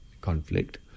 conflict